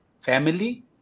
Family